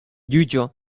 juĝo